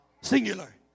singular